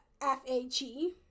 F-A-G